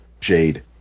jade